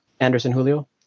Anderson-Julio